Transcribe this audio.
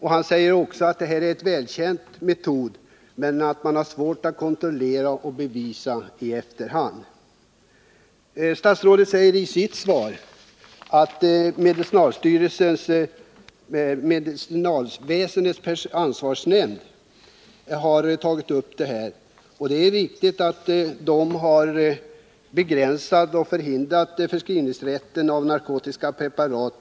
Han säger också att detta är en välkänd metod men att man har svårt att kontrollera och bevisa detta i efterhand. Statsrådet säger i sitt svar att medicinalväsendets ansvarsnämnd har tagit upp frågan, och det är riktigt att man har begränsat och förhindrat förskrivningsrätten av narkotikapreparat.